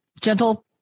gentle